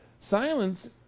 Silence